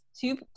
Two